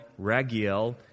Ragiel